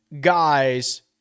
guys